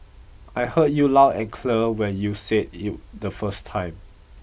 I heard you loud and clear when you said it the first time